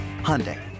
Hyundai